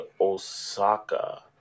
Osaka